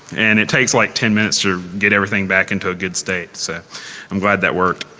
and it takes like ten minutes to get everything back into a good state. so i'm glad that worked.